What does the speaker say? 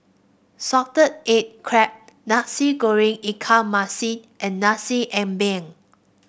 Salted Egg Crab Nasi Goreng Ikan Masin and Nasi Ambeng